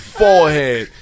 forehead